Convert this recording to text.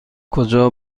کجا